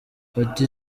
ati